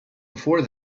before